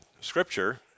scripture